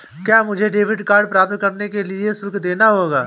क्या मुझे debit card प्राप्त करने के लिए शुल्क देना होगा?